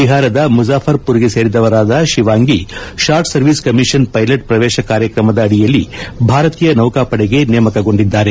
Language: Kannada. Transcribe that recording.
ಬಿಹಾರದ ಮುಜಾಫರ್ಪೂರ್ ಗೆ ಸೇರಿದವರಾದ Shivangi short service commission pilot ಶ್ರವೇಶ ಕಾರ್ಯಕ್ರಮದ ಅಡಿಯಲ್ಲಿ ಭಾರತೀಯ ನೌಕಾಪಡೆಗೆ ನೇಮಕಗೊಂಡಿದ್ದಾರೆ